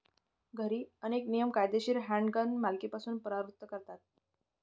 घरी, अनेक नियम कायदेशीर हँडगन मालकीपासून परावृत्त करतात